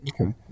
Okay